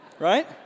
Right